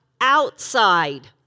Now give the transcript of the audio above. outside